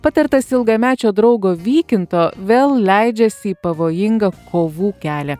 patartas ilgamečio draugo vykinto vėl leidžiasi į pavojingą kovų kelią